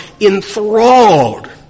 enthralled